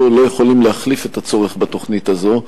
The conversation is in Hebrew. לא יכולים להחליף את הצורך בתוכנית הזו.